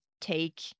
take